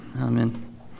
Amen